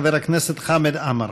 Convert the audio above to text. חבר הכנסת חמד עמאר.